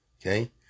Okay